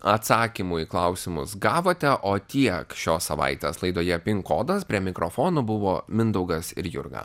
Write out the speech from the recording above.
atsakymų į klausimus gavote o tiek šios savaitės laidoje pin kodas prie mikrofonų buvo mindaugas ir jurga